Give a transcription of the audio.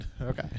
Okay